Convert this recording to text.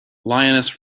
lioness